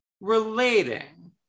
relating